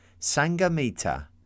Sangamita